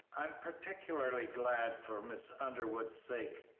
i am particularly glad, for miss underwood's sake,